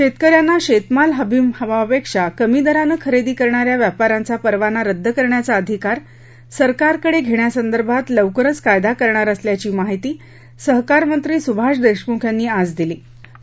शेतकऱ्यांचा शेतमाल हमीभावापेक्षा कमी दराने खरेदी करणाऱ्या व्यापाऱ्यांचा परवाना रद्द करण्याचा अधिकार सरकारकडे घेण्यासंदर्भात लवकरच कायदा करणार असल्याची माहिती सहकार मंत्री सुभाष देशमुख यांनी आज विधानपरिषदेत दिली